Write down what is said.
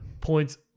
points